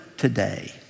today